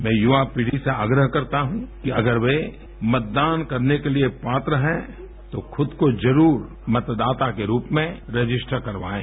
मैं युवा पीढ़ी से आग्रह करता हूँ कि अगर वे मतदान करने के लिए पात्र हैं तो खुद को ज़रूर मतदाता के रूप में रजिस्टर करवाएँ